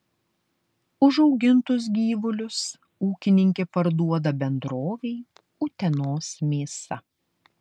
užaugintus gyvulius ūkininkė parduoda bendrovei utenos mėsa